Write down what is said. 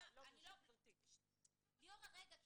ואם אנחנו סבורים שיש מקום לאפשר להורה לצפות,